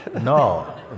No